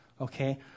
okay